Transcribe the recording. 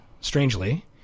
strangely